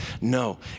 No